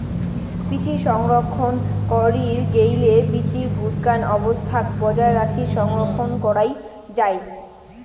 বীচি সংরক্ষণ করির গেইলে বীচি ভুতকান অবস্থাক বজায় রাখি সংরক্ষণ করাং যাই